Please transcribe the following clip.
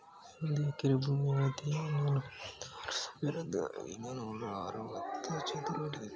ಒಂದು ಎಕರೆ ಭೂಮಿಯ ಅಳತೆ ನಲವತ್ಮೂರು ಸಾವಿರದ ಐನೂರ ಅರವತ್ತು ಚದರ ಅಡಿ